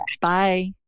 Bye